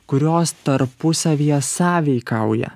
kurios tarpusavyje sąveikauja